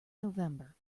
november